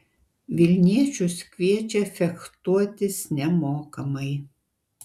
vilniečius kviečia fechtuotis nemokamai